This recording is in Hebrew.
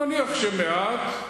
נניח שמעט.